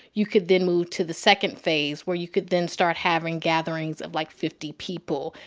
you could then move to the second phase, where you could then start having gatherings of, like, fifty people,